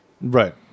Right